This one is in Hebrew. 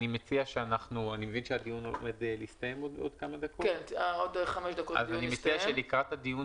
אני מבין שהדיון עומד להסתיים עוד כמה דקות אז אני מציע שלקראת הדיון